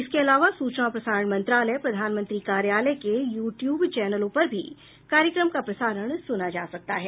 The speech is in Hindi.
इसके अलावा सूचना और प्रसारण मंत्रालय प्रधानमंत्री कार्यालय के यूट्यूब चैनलों पर भी कार्यक्रम का प्रसारण सुना जा सकता है